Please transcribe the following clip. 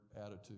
attitude